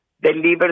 deliver